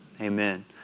amen